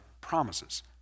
promises